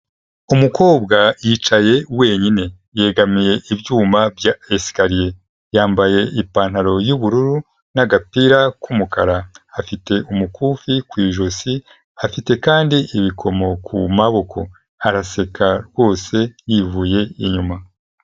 Umukobwa yicaye wenyine, yegamiye ibyuma bya esikariye, yambaye ipantaro y'ubururu n'agapira k'umukara, afite umukufi ku ijosi, afite kandi ibikomo ku maboko, araseka rwose yivuye inyuma.